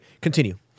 continue